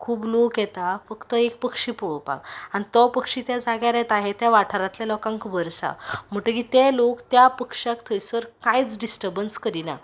खूब लोक येता फक्त एक पक्षी पळोपाक आनी तो पक्षी त्या जाग्यार येता हे त्या वाठारांतल्या लोकांक खबर आसा म्हणटगीर ते लोक त्या पक्ष्याक थंयसर कांयच डिस्टरबंस करिना